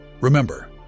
Remember